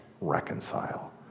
reconcile